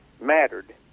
mattered